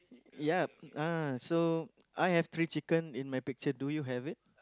ya ah so I have three chicken in my picture do you have it